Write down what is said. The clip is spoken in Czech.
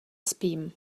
spím